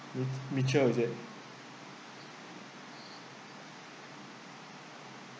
mi~ michelle is it